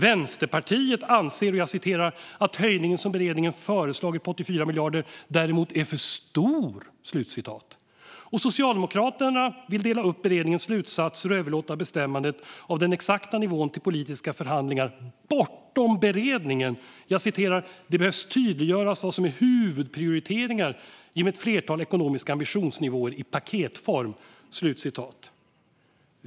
Vänsterpartiet anser däremot att den höjning med 84 miljarder som beredningen har föreslagit är för stor. Socialdemokraterna vill dela upp beredningens slutsatser och överlåta bestämmandet av den exakta nivån till politiska förhandlingar bortom beredningen. De menar att det behöver tydliggöras vad som är huvudprioriteringar genom ett flertal ekonomiska ambitionsnivåer i paketform.